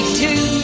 two